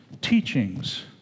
teachings